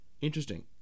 Interesting